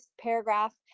paragraph